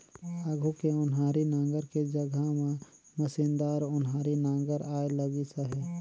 आघु के ओनारी नांगर के जघा म मसीनदार ओन्हारी नागर आए लगिस अहे